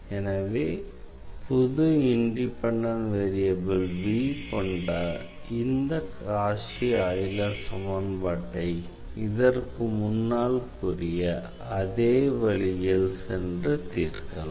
எனவே புது independent variable கொண்ட இந்த காஷி ஆய்லர் சமன்பாட்டை இதற்கு முன்னால் கூறிய அதே வழியில் சென்று தீர்க்கலாம்